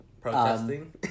protesting